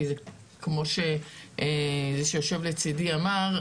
כי כמו שזה שיושב לצידי אמר,